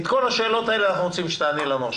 על כל השאלות האלה אנחנו רוצים שתעני לנו עכשיו.